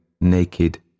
naked